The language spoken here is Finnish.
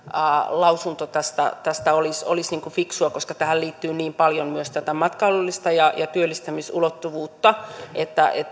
lausunto tästä tästä olisi olisi fiksua koska tähän liittyy niin paljon myös tätä matkailullista ja ja työllistämisulottuvuutta